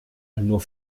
nur